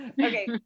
Okay